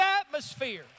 atmosphere